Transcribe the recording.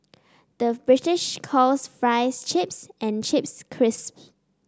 the British calls fries chips and chips crisps